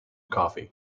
coffee